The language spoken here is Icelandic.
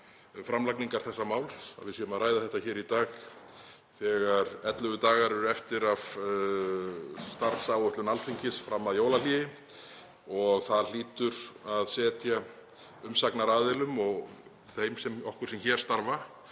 framlagningar þessa máls, að við séum að ræða þetta í dag þegar 11 dagar eru eftir af starfsáætlun Alþingis fram að jólahléi. Það hlýtur að setja umsagnaraðilum og okkur sem hér störfum